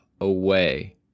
away